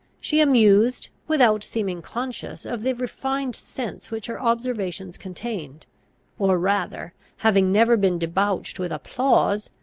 she amused, without seeming conscious of the refined sense which her observations contained or rather, having never been debauched with applause,